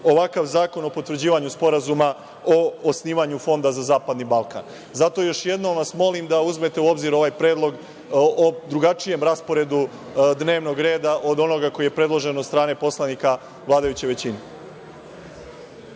ovakav zakon o potvrđivanju sporazuma o osnivanju fonda za zapadni Balkan. Zato, još jednom vas molim da uzmete u obzir ovaj predlog o drugačijem rasporedu dnevnog reda od onog koji je predložen od strane poslanika vladajuće većine.(Marko